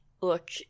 look